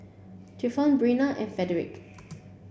Clifton Brenna and Fredrick